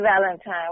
Valentine